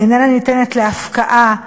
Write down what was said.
היא איננה ניתנת להפקעה,